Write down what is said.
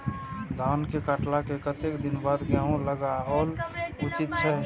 धान के काटला के कतेक दिन बाद गैहूं लागाओल उचित छे?